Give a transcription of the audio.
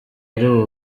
ari